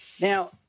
Now